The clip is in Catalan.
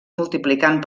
multiplicant